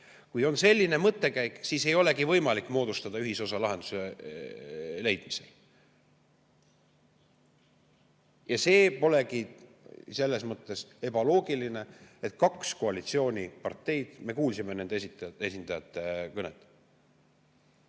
Kui on selline mõttekäik, siis ei olegi võimalik moodustada ühisosa lahenduse leidmisel. Ja see polegi selles mõttes ebaloogiline, et kaks koalitsiooniparteid – me kuulsime nende esindajate kõnet,